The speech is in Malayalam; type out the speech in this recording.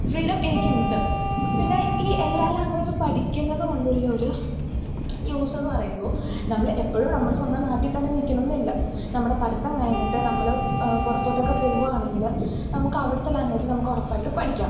ഫ്രീഡം എനിക്കുണ്ട് പിന്നെ ഈ എല്ലാ ലാംഗ്വേജും പഠിക്കുന്നതു കൊണ്ടുള്ളൊരു യൂസ് എന്നു പറയുമ്പോൾ നമ്മൾ എപ്പോഴും നമ്മുടെ സ്വന്തം നാട്ടിൽത്തന്നെ നിൽക്കണം എന്നില്ല നമ്മുടെ പഠിത്തം കഴിഞ്ഞിട്ട് നമ്മൾ പുറത്തോട്ടൊക്കെ പോവുകയാണെങ്കിൽ നമുക്കവിടുത്തെ ലാംഗ്വേജ് നമുക്കുറപ്പായിട്ട് പഠിക്കാം